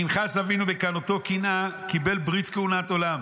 פנחס אבינו בקנאותו קנאה קיבל ברית כהונת עולם.